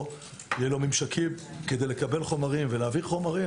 לו ממשקים כדי לקבל ולהעביר חומרים.